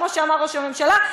כמו שאמר ראש הממשלה,